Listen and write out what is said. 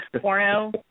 porno